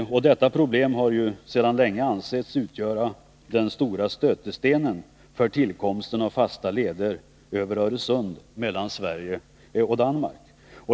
Detta problem har ju sedan länge ansetts utgöra den stora stötestenen för tillkomsten av fasta leder över Öresund mellan Sverige och Danmark.